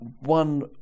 one